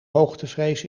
hoogtevrees